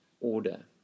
order